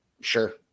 Sure